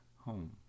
home